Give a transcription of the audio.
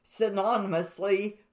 synonymously